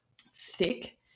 thick